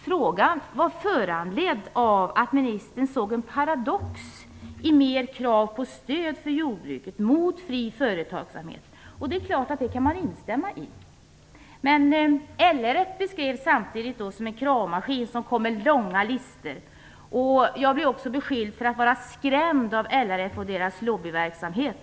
Frågan föranleddes av att ministern såg en paradox i att ställa krav på ökat stöd för jordbruket och förespråka fri företagsamhet. Det är klart att man kan instämma i det. LRF beskrevs samtidigt som en kravmaskin som kom med långa listor. Jag blev också beskylld för att vara skrämd av LRF och deras lobbyverksamhet.